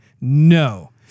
no